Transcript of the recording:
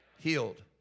healed